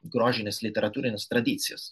grožinės literatūrinės tradicijos